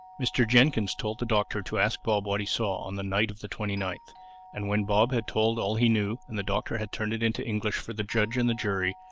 mr. jenkyns told the doctor to ask bob what he saw on the night of the twenty ninth and when bob had told all he knew and the doctor had turned it into english for the judge and the jury,